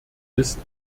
ist